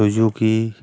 Suzuki